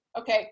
okay